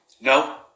No